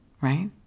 right